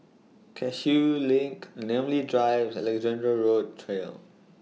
Cashew LINK Namly Drive Alexandra Road Trail